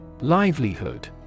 Livelihood